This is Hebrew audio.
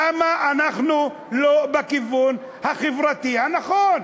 למה אנחנו לא בכיוון החברתי הנכון?